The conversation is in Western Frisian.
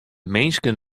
minsken